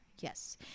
yes